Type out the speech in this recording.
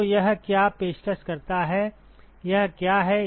तो यह क्या पेशकश करता है यह क्या है